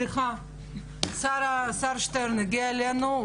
השר שטרן הגיע אלינו,